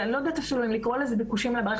ואני לא יודעת אפילו אם לקרוא לזה ביקושים למערכת